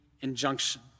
injunction